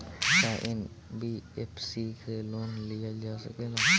का एन.बी.एफ.सी से लोन लियल जा सकेला?